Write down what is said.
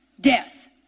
Death